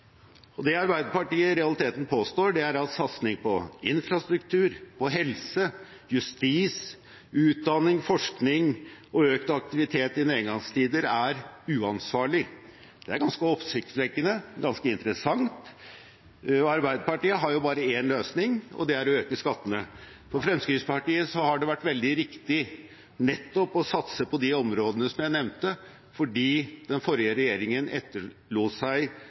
oljepengebruk. Det Arbeiderpartiet i realiteten påstår, er at satsing på infrastruktur, helse, justis, utdanning, forskning og økt aktivitet i nedgangstider er uansvarlig. Det er ganske oppsiktsvekkende og ganske interessant. Arbeiderpartiet har jo bare én løsning, og det er å øke skattene. For Fremskrittspartiet har det vært veldig riktig nettopp å satse på de områdene som jeg nevnte, fordi den forrige regjeringen etterlot seg